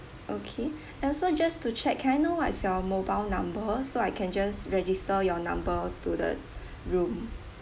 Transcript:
okay and also just to check can I know what is your mobile number so I can just register your number to the room